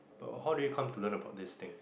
how did you come to learn about this thing